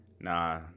Nah